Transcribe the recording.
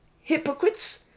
hypocrites